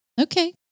Okay